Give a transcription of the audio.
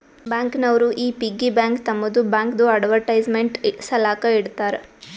bank ನವರು ಈ piggy bank ತಮ್ಮದು ಬ್ಯಾಂಕ್ದು ಅಡ್ವರ್ಟೈಸ್ಮೆಂಟ್ ಸಲಾಕ ಇಡ್ತಾರ